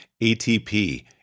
ATP